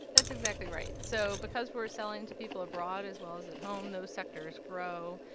that's exactly right. so because we're selling to people abroad as well as at home, those sectors grow.